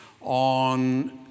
on